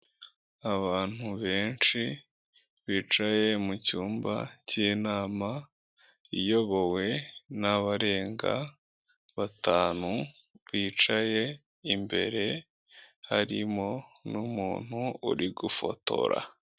Abantu benshi bicaye mu cyumba k'inama iyobowe nabarenga batanu bicaye imbere, harimo n'umuntu uri gufotora.